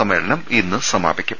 സമ്മേളനം ഇന്ന് സമാപിക്കും